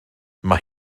mae